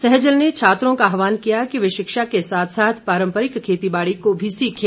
सैहजल ने छात्रों का आहवान किया कि वे शिक्षा के साथ साथ पारंपरिक खेती बाड़ी को भी सीखें